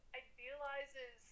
idealizes